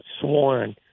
sworn